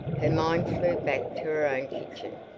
her mind flew back to her own kitching.